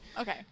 Okay